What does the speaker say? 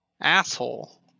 Asshole